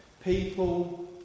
people